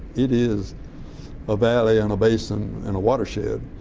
it is a valley and a basin and a watershed,